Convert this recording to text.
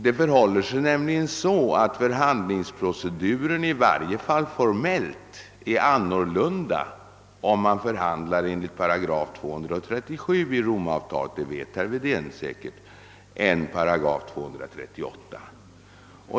Det förhåller sig nämligen så att förhandlingsproceduren, i varje fall formellt, är annorlunda om man förhandlar enligt § 237 i Romavtalet — detta vet herr Wedén säkert — än om man förhandlar enligt § 238.